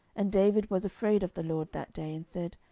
and david was afraid of the lord that day, and said,